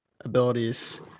abilities